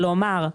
כלומר,